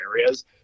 areas